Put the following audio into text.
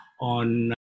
on